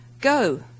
go